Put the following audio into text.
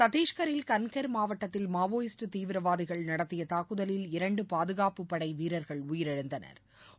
சத்தீஸ்கில் கன்கெர் மாவட்டத்தில் மாவோயிஸ்ட் தீவிரவாதிகள் நடத்திய தாக்குதலில் இரண்டு பாதுகாப்பு படை வீரர்கள் உயிரிழந்தனா்